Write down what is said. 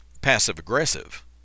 passive-aggressive